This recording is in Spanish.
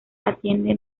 atiende